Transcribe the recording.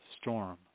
storm